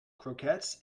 croquettes